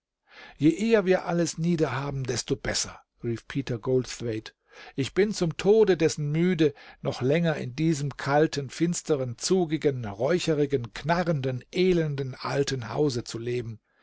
je eher wir alles nieder haben desto besser rief peter goldthwaite ich bin zum tode dessen müde noch länger in diesem kalten finsteren zugigen räucherigen knarrenden elenden alten hause zu leben